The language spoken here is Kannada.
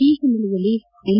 ಈ ಹಿನ್ನೆಲೆಯಲ್ಲಿ ಎನ್